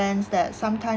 that sometime